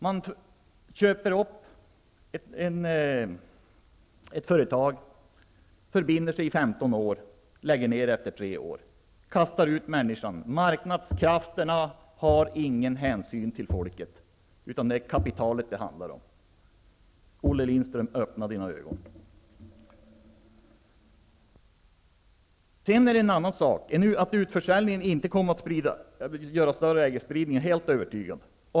Man köper upp ett företag, förbinder sig för 15 år och lägger ner efter 3 år. Man kastar ut människorna. Marknadskrafterna tar ingen hänsyn till folket. Det är kapitalet det handlar om. Öppna ögonen, Olle Lindström! Att utförsäljningen inte kommer att leda till ägarspridning är jag helt övertygad om.